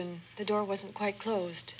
in the door wasn't quite closed